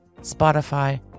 Spotify